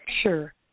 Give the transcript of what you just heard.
Sure